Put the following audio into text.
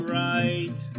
right